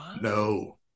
no